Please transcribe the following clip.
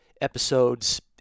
episodes